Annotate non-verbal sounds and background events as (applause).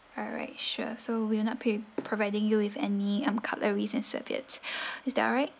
alright sure so we'll not pay providing you with any um cutleries and serviettes (breath) is that alright